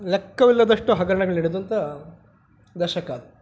ಲೆಕ್ಕವಿಲ್ಲದಷ್ಟು ಹಗರಣಗಳು ನಡೆದಂಥ ದಶಕ ಅದು